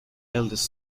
eldest